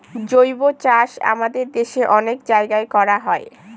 জৈবচাষ আমাদের দেশে অনেক জায়গায় করা হয়